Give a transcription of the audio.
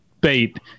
bait